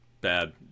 bad